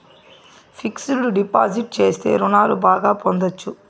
fixed deposit చేస్తే రుణాలు బాగా పొందొచ్చు